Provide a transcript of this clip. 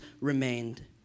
remained